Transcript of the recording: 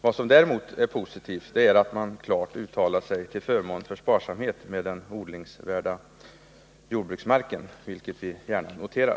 Vad som däremot är positivt är att man klart uttalat sig till förmån för sparsamhet med den odlingsvärda jordbruksmarken, vilket vi gärna noterar.